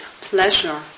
pleasure